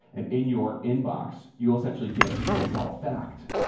and in your inbox you'll essentially get what we call a fact,